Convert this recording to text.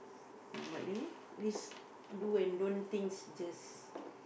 but you know this do and don't things just